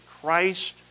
Christ